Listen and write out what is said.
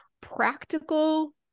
practical